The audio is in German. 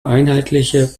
einheitliche